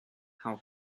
how